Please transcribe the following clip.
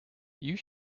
you